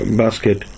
basket